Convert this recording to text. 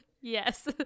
yes